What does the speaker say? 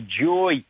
joy